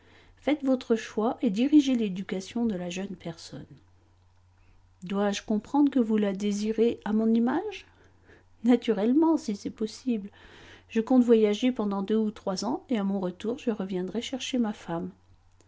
faites votre choix et dirigez l'éducation de la jeune personne dois-je comprendre que vous la désirez à mon image naturellement si c'est possible je compte voyager pendant deux ou trois ans et à mon retour je reviendrai chercher ma femme